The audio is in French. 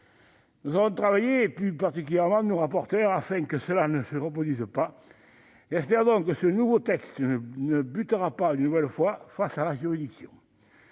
Nous avons travaillé, notamment nos rapporteurs, afin que cela ne se reproduise pas. J'espère donc que ce nouveau texte ne butera pas une nouvelle fois sur les juridictions.